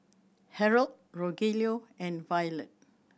Harold Rogelio and Violette